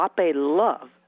love